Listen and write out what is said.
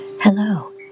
Hello